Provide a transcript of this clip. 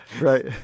right